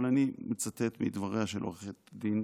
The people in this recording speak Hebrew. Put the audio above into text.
אבל אני מצטט מדבריה של עו"ד קוגוט: